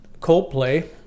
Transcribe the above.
Coldplay